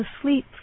asleep